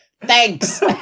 Thanks